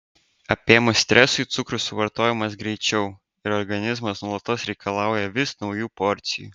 apėmus stresui cukrus suvartojamas greičiau ir organizmas nuolatos reikalauja vis naujų porcijų